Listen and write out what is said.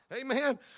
Amen